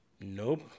nope